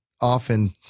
often